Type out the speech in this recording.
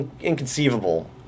inconceivable